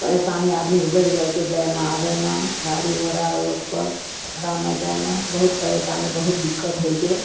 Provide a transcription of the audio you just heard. परेशानी आदमीके बढ़ि जाइ छै जाइमे आबैमे गाड़ी घोड़ा रोड पर जेकरामे जाइमे बहुत परेशानी बहुत दिक्कत होइ छै